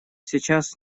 сейчас